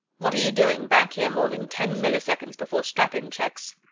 what are you doing, back here more than ten milliseconds before strap-in checks?